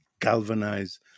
galvanize